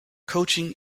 coaching